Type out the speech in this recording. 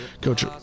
Coach